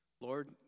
Lord